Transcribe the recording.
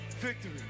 Victory